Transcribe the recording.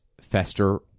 Fester